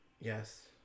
Yes